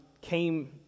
came